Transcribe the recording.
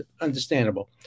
understandable